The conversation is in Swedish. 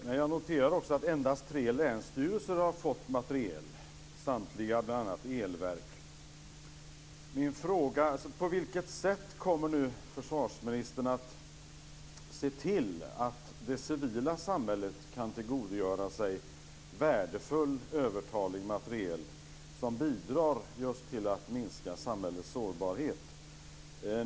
Men jag noterar också att endast tre länsstyrelser har fått materiel, samtliga bl.a. elverk.